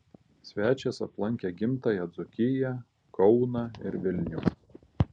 svečias aplankė gimtąją dzūkiją kauną ir vilnių